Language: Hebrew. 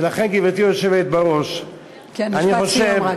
ולכן, גברתי היושבת-ראש, כן, רק משפט סיום.